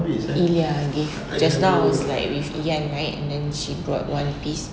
ilya gave just now was like with iyan right then she brought one piece